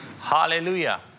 Hallelujah